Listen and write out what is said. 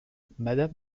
madame